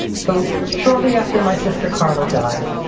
so shortly after my sister carla died,